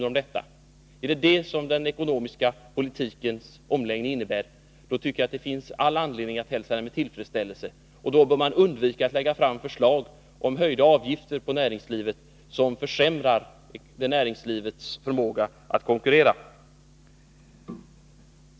Är det detta som omläggningen av den ekonomiska politiken innebär, då tycker jag att det finns all anledning att hälsa den med tillfredsställelse. Men då bör man undvika att lägga fram förslag om höjda avgifter för näringslivet som försämrar dess förmåga att konkurrera.